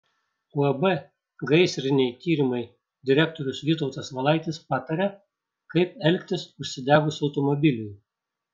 uab gaisriniai tyrimai direktorius vytautas valaitis pataria kaip elgtis užsidegus automobiliui